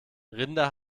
rinder